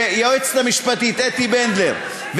ליועצת המשפטית אתי בנדלר,